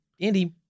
Andy